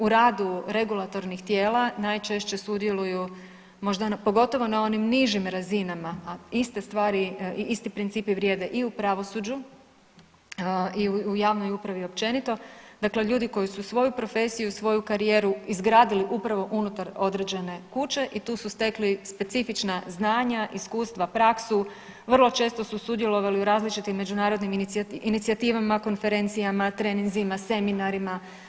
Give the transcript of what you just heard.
U radu regulatornih tijela najčešće sudjeluju možda pogotovo na onim nižim razinama, a iste stvari i isti principi vrijede i u pravosuđu i u javnoj upravi općenito, dakle ljudi koji su svoju profesiju, svoju karijeru izgradili upravo unutar određene kuće i tu su stekli specifična znanja, iskustva, praksu, vrlo često su sudjelovali u različitim međunarodnim inicijativama, konferencijama, treninzima, seminarima.